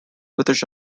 british